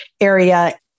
area